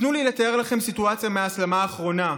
תנו לי לתאר לכם סיטואציה מההסלמה האחרונה: